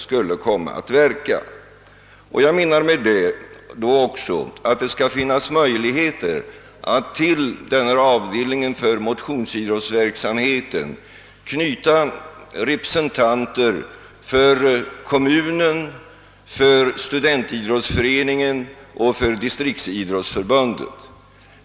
Enligt min mening bör det då också finnas möjligheter att till avdelningen för motionsidrottsverksamheten knyta representanter för kommunen, studentidrottsföreningen och distriktsidrottsförbundet.